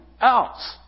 else